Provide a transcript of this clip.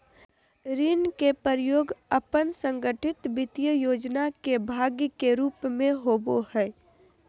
ऋण के प्रयोग अपन संगठित वित्तीय योजना के भाग के रूप में होबो हइ